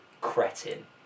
cretin